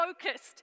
focused